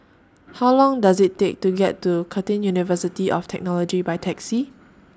How Long Does IT Take to get to Curtin University of Technology By Taxi